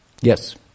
Yes